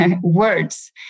words